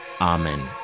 Amen